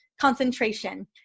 concentration